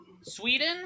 Sweden